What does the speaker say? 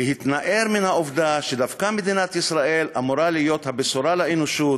להתנער מן העובדה שדווקא מדינת ישראל אמורה להיות הבשורה לאנושות,